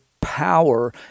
power